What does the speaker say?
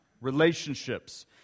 relationships